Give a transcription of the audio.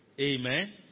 Amen